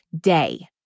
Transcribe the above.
day